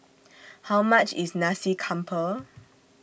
How much IS Nasi Campur